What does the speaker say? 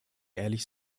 ehrlich